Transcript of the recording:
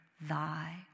thy